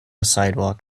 sidewalk